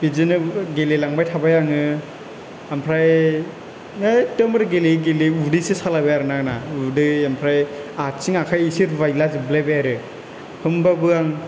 बिदिनो गेलेलांबाय थाबाय आङो ओमफ्राय एखदमबारि गेलेयै गेलेयै उदैसो सालायबाय आरो आंना उदै ओमफ्राय आथिं आखाय एसे रुबायला जोबलायबाय आरो ना होमबाबो आं